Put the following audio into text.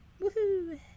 Woohoo